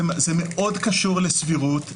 זה מאוד קשור לסבירות.